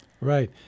Right